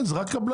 כן, זה רק קבלן.